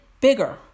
bigger